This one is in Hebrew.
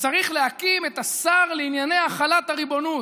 וצריך להקים את השר לענייני החלת הריבונות,